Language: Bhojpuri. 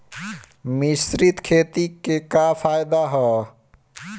मिश्रित खेती क का फायदा ह?